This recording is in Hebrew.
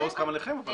לא הוסכם עליכם.